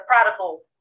prodigal